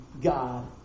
God